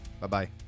Bye-bye